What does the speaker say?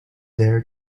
there